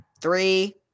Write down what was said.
three